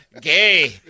Gay